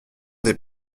des